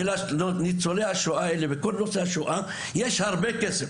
בנושא ניצולי השואה וכל נושא השואה, יש הרבה כסף